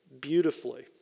beautifully